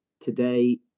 today